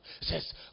says